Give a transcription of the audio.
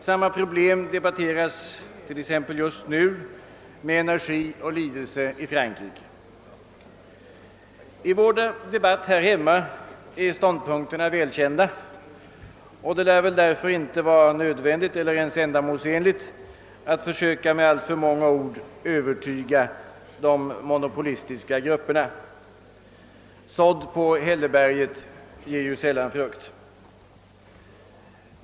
Samma problem debatteras t.ex. just nu med energi och lidelse i Frankrike. I vår debatt är ståndpunkterna välkända, och det lär därför inte vara nödvändigt eller ens ändamålsenligt att försöka med alltför många ord övertyga de monopolistiska grupperna. Sådd på hälleberget ger ju sällan frukt.